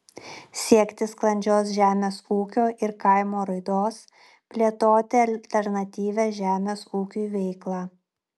siekti sklandžios žemės ūkio ir kaimo raidos plėtoti alternatyvią žemės ūkiui veiklą